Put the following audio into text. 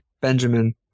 Benjamin